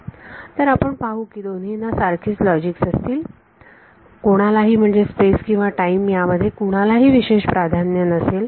तर आपण पाहू की दोन्हींना सारखीच लॉजिक असेल कोणालाही म्हणजे स्पेस किंवा टाईम यामध्ये कोणालाही विशेष प्राधान्य नसेल